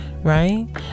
right